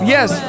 Yes